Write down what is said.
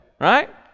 right